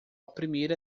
primeira